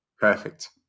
Perfect